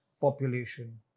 population